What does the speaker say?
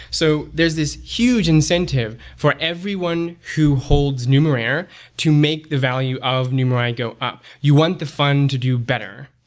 so there's this huge incentive for everyone who holds numerair to make the value of numerai go up. you want the fund to do better.